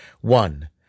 One